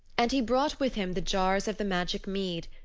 and he brought with him the jars of the magic mead,